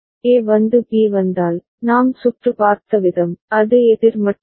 A வந்து B வந்தால் நாம் சுற்று பார்த்த விதம் அது எதிர் மட்டுமே